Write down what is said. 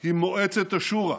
הוא מועצת השורא,